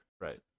right